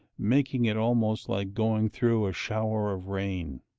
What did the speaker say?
making it almost like going through a shower of rain.